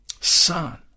Son